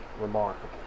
remarkable